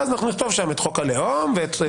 ואז אנחנו נכתוב שם את חוק הלאום ששוריין